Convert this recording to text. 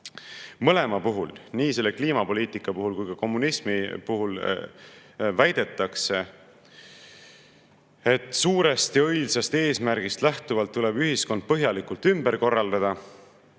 Mõlema puhul, nii kliimapoliitika kui ka kommunismi puhul väidetakse, et suurest ja õilsast eesmärgist lähtuvalt tuleb ühiskond põhjalikult ümber korraldada